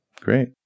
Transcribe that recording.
Great